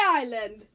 island